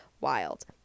wild